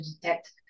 detect